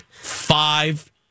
Five